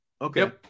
Okay